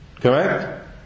Correct